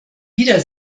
wieder